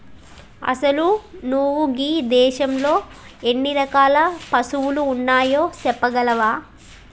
అసలు నువు గీ దేసంలో ఎన్ని రకాల పసువులు ఉన్నాయో సెప్పగలవా